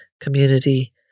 community